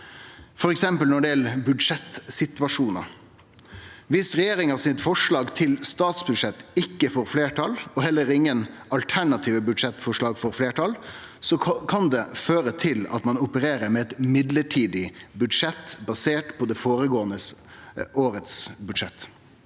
f.eks. når det gjeld budsjettsituasjonar. Viss regjeringa sitt forslag til statsbudsjett ikkje får fleirtal, og heller ingen alternative budsjettforslag får fleirtal, kan det føre til at ein opererer med eit midlertidig budsjett basert på budsjettet frå det